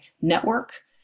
network